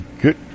Good